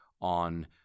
on